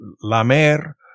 lamer